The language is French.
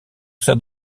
sert